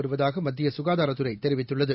வருவதாக மத்திய சுகாதாரத்துறை தெரிவித்துள்ளது